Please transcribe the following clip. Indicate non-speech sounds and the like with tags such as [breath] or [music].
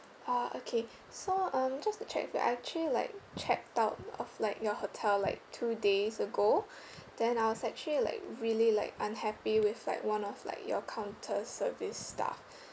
oh okay [breath] so um just to check if I actually like checked out of like your hotel like two days ago [breath] then I was actually like really like unhappy with like one of like your counter service staff [breath]